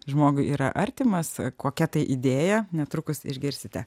žmogui yra artimas kokia tai idėja netrukus išgirsite